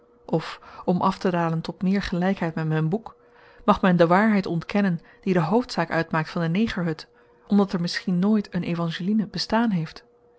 rots of om aftedalen tot meer gelykheid met myn boek mag men de waarheid ontkennen die de hoofdzaak uitmaakt van de negerhut omdat er misschien nooit een evangeline bestaan heeft